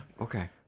Okay